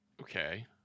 Okay